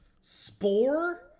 Spore